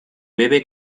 bebe